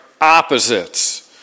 opposites